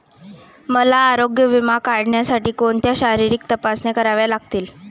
मला आरोग्य विमा काढण्यासाठी कोणत्या शारीरिक तपासण्या कराव्या लागतील?